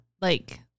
Like-